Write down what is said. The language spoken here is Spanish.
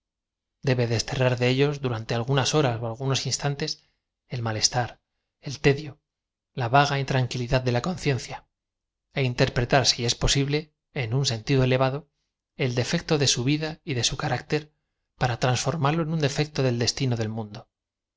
debe desterrar de ellos durante alguoas horas algunos instantes el malestar el tedio la v a g a iutranquiii dad de la conciencia é interpretar sí es posible en un sentido elevado el defecto de su vida y de au ca rácter para transformarlo en un defecto del destino del mundo